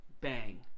bang